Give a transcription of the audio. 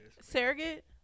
Surrogate